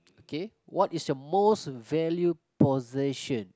K what is your most valued possession